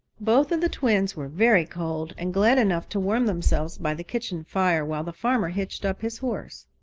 both of the twins were very cold and glad enough to warm themselves by the kitchen fire while the farmer hitched up his horse.